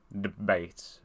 debate